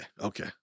Okay